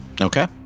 Okay